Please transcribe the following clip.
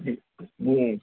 جی جی